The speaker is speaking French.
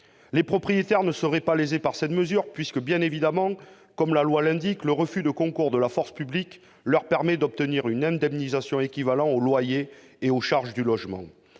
Les propriétaires ne seraient pas lésés par cette mesure puisque, bien évidemment, comme la loi l'indique, le refus de concours de la force publique leur permet d'obtenir une indemnisation équivalente au loyer et aux charges du logement.